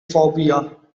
phobia